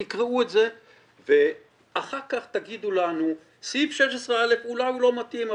תקראו את זה ואחר כך תגידו לנו "סעיף 16א אולי הוא לא מתאים,